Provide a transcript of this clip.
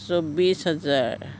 চৌব্বিছ হাজাৰ